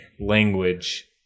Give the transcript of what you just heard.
language